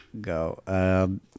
go